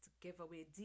giveaway